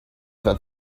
that